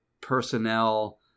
personnel